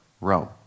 Rome